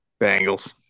Bengals